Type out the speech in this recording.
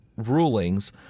rulings